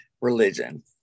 religion